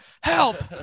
help